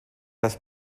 has